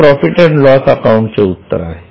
हे profit and loss अकाउंटचे उत्तर आहे